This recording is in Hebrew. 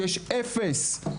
שיש אפס,